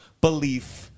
belief